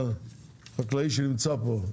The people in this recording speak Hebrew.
והחקלאי שנמצא פה,